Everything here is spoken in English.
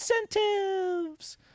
incentives